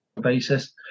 basis